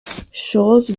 schulze